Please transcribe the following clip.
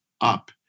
up